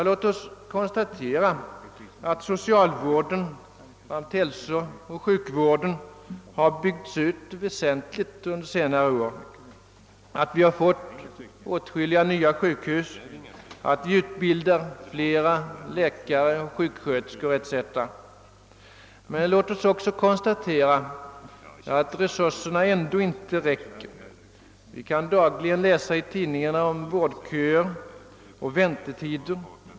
Låt oss konstatera att socialvården samt hälsooch sjukvården har byggts ut väsentligt under senare år, att vi har fått åtskilliga nya sjukhus, att vi utbildar flera läkare och sjuksköterskor etc. Men låt oss också konstatera, att resurserna ändå inte räcker. Vi kan dagligen läsa i tidningarna om vårdköer och väntetider.